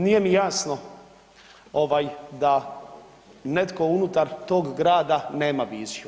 Nije mi jasno ovaj da netko unutar tog grada nema viziju?